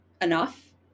enough